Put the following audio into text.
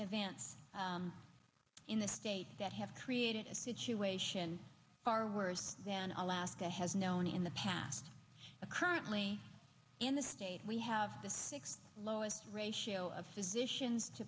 events in the state that have created a situation far worse than alaska has known in the past currently in the state we have the sixth lowest ratio of physicians to